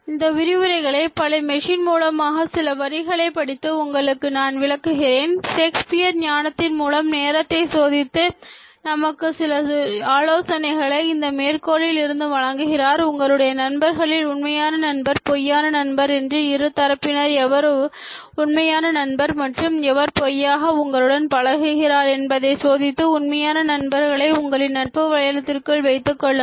இந்த விரிவுரையை பல மெஷின் மூலமாக சில வரிகளை படித்து உங்களுக்கு நான் விளக்குகிறேன் ஷேக்ஸ்பியர் ஞானத்தின் மூலம் நேரத்தை சோதித்து நமக்கு சில ஆலோசனைகளை இந்த மேற்கோளில் இருந்து வழங்குகிறார் உங்களுடைய நண்பர்களில் உண்மையான நண்பர் பொய்யான நண்பர் என்று இரு தரப்பினரில் எவர் உண்மையான நண்பர் மற்றும் எவர் பொய்யாக உங்களுடன் பழகுகிறார் என்பதை சோதித்து உண்மையான நண்பர்களை உங்களின் நட்பு வளையத்திற்குள் வைத்துக்கொள்ளுங்கள்